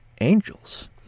Angels